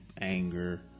anger